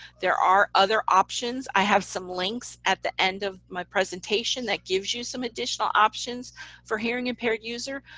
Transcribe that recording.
there are other options i have some links at the end of my presentation that gives you some additional options for hearing impaired user.